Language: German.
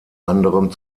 anderem